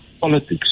politics